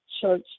Church